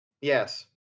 Yes